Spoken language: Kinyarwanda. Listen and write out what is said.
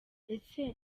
ese